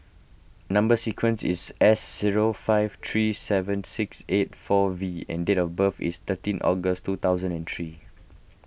Number Sequence is S zero five three seven six eight four V and date of birth is thirteen August two thousand and three